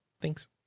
Thanks